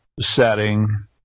setting